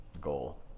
goal